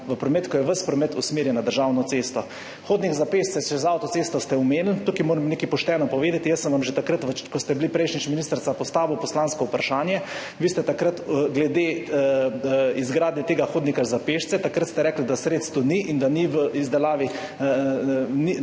v promet, ko je ves promet usmerjen na državno cesto. Omenili ste hodnik za pešce čez avtocesto, tukaj moram nekaj pošteno povedati. Jaz sem vam že takrat, ko ste bili prejšnjič ministrica, postavil poslansko vprašanje, vi ste takrat glede izgradnje tega hodnika za pešce rekli, da sredstev ni in da ni v izdelavi,